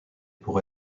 pour